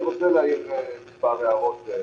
אני רוצה להעיר מספר הערות.